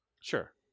Sure